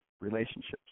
relationships